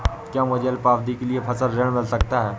क्या मुझे अल्पावधि के लिए फसल ऋण मिल सकता है?